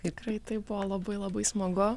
tikrai tai buvo labai labai smagu